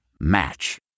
Match